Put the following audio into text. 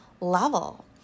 level